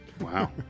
Wow